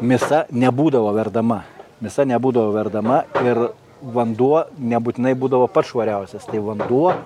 misa nebūdavo verdama misa nebūdavo verdama ir vanduo nebūtinai būdavo pats švariausias vanduo